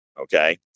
Okay